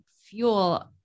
fuel